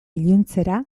iluntzera